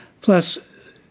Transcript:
plus